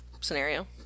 scenario